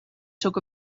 took